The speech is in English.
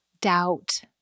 doubt